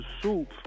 soup